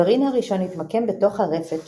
הגרעין הראשון התמקם בתוך הרפת,